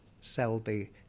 Selby